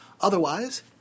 Otherwise